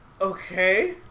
okay